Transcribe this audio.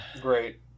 Great